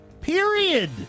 Period